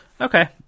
Okay